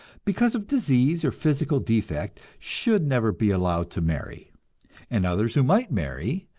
because of disease or physical defect, should never be allowed to marry and others who might marry,